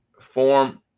form